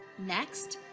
next,